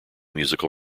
musical